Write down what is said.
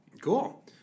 Cool